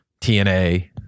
tna